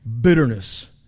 bitterness